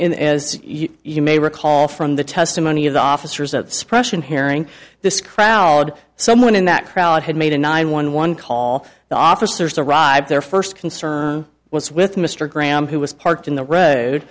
s you may recall from the testimony of the officers of the suppression hearing this crowd someone in that crowd had made a nine one one call the officers arrived their first concern was with mr graham who was parked in the road